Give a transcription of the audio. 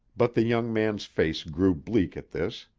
but the young man's face grew bleak at this.